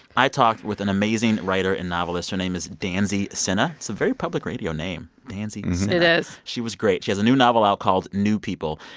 i talked with an amazing writer and novelist. her name is danzy senna. it's a very public radio name. danzy senna it is she was great. she has a new novel out called new people.